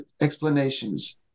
explanations